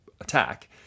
attack